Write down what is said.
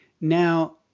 Now